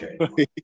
Okay